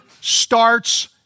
starts